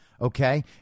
Okay